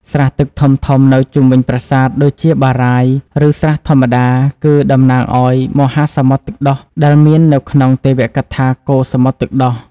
ស្រះទឹកធំៗនៅជុំវិញប្រាសាទ ដូចជាបារាយណ៍ ឬស្រះធម្មតា គឺតំណាងឲ្យ មហាសមុទ្រទឹកដោះ ដែលមាននៅក្នុងទេវកថាកូរសមុទ្រទឹកដោះ។